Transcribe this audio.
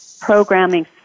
programming